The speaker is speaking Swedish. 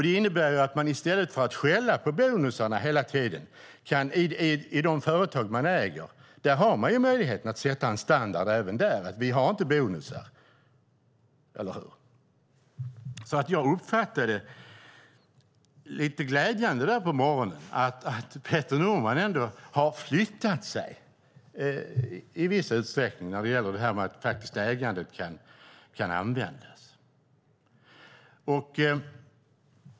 Det innebär att man kan göra något i stället för att skälla på bonusarna hela tiden. I de företag man äger har man ju möjligheten att sätta en standard, att man inte ska ha bonusar. Eller hur? Jag uppfattade det som lite glädjande den där morgonen, som att Peter Norman hade flyttat sig i viss utsträckning när det gäller det här med att ägandet kan användas.